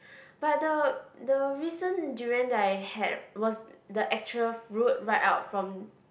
but the the recent durian that I had was the actual fruit right out from